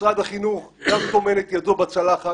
משרד החינוך גם טומן את ידו בצלחת,